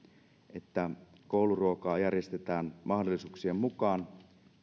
että kouluruokaa järjestetään mahdollisuuksien mukaan